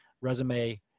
resume